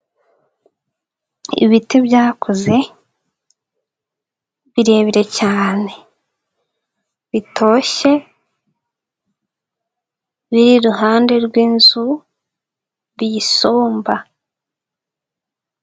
Ibiti byakuze, birebire cyane, bitoshye, biri iruhande rw'inzu biyisumba.